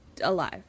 Alive